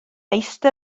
meistr